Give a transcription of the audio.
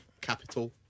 Capital